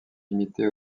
limitée